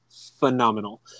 phenomenal